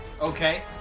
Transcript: Okay